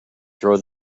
throw